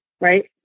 right